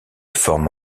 forment